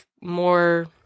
more